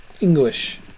English